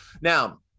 Now